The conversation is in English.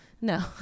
no